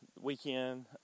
weekend